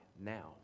now